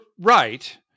Right